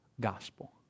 gospel